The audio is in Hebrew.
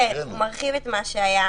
הוא מרחיב את מה שהיה.